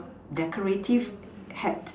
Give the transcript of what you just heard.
decorative hat